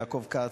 יעקב כץ,